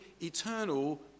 eternal